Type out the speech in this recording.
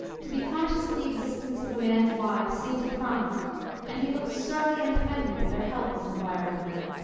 to be conscious of the existence of a man's wives seems a crime and he looks surly and offended if their health is inquired after.